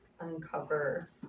uncover